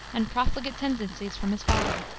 and profligate tendencies from his father.